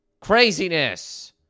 craziness